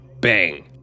bang